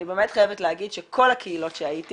-- ואני באמת חייבת להגיד שכל הקהילות שהייתי